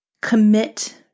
Commit